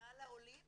לכלל העולים